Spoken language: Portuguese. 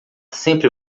sempre